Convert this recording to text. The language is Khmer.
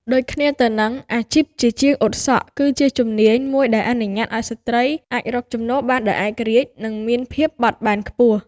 ដូចគ្នាទៅនឹង អាជីពជាជាងអ៊ុតសក់ គឺជាជំនាញមួយដែលអនុញ្ញាតឱ្យស្ត្រីអាច រកចំណូលបានដោយឯករាជ្យ និងមានភាពបត់បែនខ្ពស់។